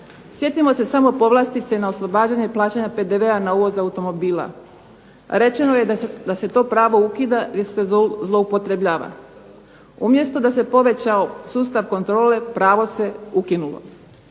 Sjetimo se samo povlastice na oslobađanje plaćanja PDV-a na uvoz automobila. Rečeno je da se to pravo ukida jer se zloupotrebljava, umjesto da se povećao sustav kontrole pravo se ukinulo.